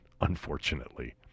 unfortunately